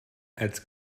als